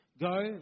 Go